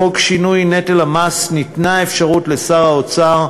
לחוק לשינוי נטל המס ניתנה אפשרות לשר האוצר,